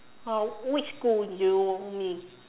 uh which school do you mean